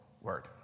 word